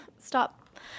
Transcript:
stop